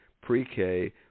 pre-K